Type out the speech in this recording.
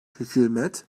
hükümet